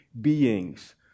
beings